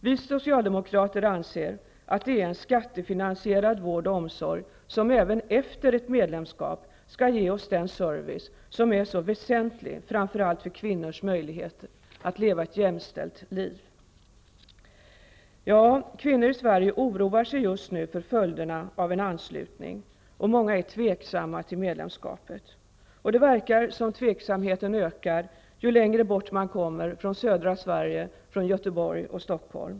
Vi socialdemokrater anser att det är en skattefinansierad vård och omsorg som även efter ett medlemskap skall ge oss den service som är så väsentlig framför allt för kvinnors möjligheter att leva ett jämställt liv. Kvinnor i Sverige oroar sig just nu för följderna av en anslutning, och många är tveksamma till medlemskapet. Det verkar som att tveksamheten ökar ju längre bort man kommer från södra Sverige, Göteborg och Stockholm.